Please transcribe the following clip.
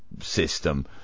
system